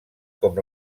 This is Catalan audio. com